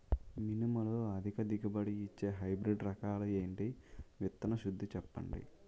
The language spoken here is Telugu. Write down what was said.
మినుములు అధిక దిగుబడి ఇచ్చే హైబ్రిడ్ రకాలు ఏంటి? విత్తన శుద్ధి చెప్పండి?